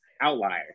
outlier